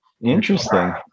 Interesting